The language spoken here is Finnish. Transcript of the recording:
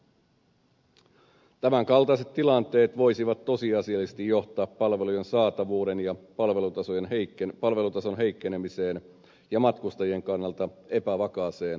tämän kaltaiset tilanteet voisivat tosiasiallisesti johtaa palvelujen saatavuuden ja palvelutason heikkenemiseen ja matkustajien kannalta epävakaaseen palvelutarjontaan